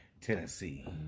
Tennessee